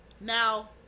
now